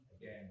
again